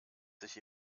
sich